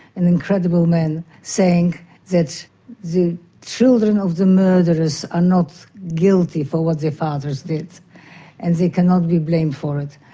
an incredible man, saying that the children of the murderers are not guilty for what their fathers did and they cannot be blamed for it.